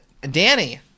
Danny